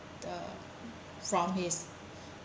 the from his